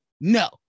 no